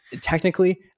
Technically